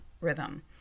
rhythm